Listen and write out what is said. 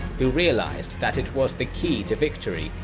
who realised that it was the key to victory,